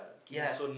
ya